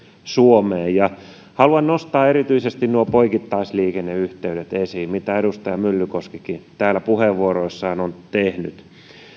suomeen haluan nostaa esiin erityisesti nuo poikittaisliikenneyhteydet kuten edustaja mylly koskikin täällä puheenvuoroissaan on tehnyt